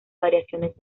variaciones